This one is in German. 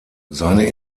seine